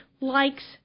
likes